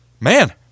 man –